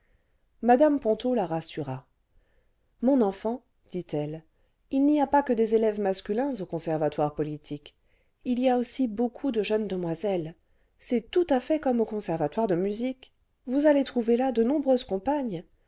mme ponto la rassura ce mon enfant dit-elle il n'y a pas que des élèves masculins au conservatoire politique il y a aussi beaucoup de jeunes demoiselles c'est tout à fait comme au conservatoire de musique vous allez trouver là de nombreuses compagnes